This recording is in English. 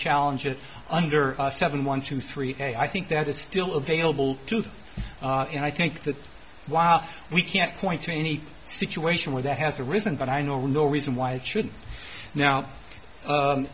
challenge it under seven one two three i think that is still available to them and i think that while we can't point to any situation where that has arisen but i know no reason why it should now